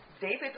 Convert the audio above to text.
David